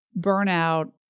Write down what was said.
burnout